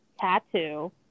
tattoo